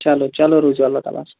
چَلو چَلو روٗزِو اللہ تعالٰی ہَس